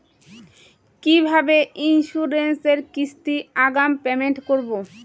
কিভাবে ইন্সুরেন্স এর কিস্তি আগাম পেমেন্ট করবো?